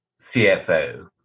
CFO